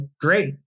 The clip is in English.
great